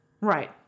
Right